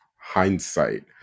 hindsight